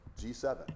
G7